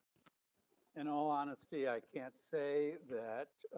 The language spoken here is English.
in all honesty, i can't say that.